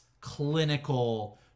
clinical